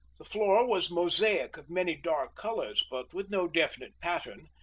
the floor was mosaic of many dark colors, but with no definite pattern,